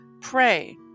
pray